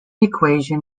equation